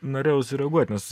norėjau sureaguot nes